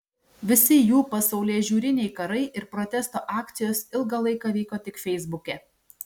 visi jų pasaulėžiūriniai karai ir protesto akcijos ilgą laiką vyko tik feisbuke